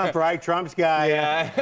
um right? trump's guy.